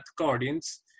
audience